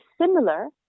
similar